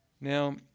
Now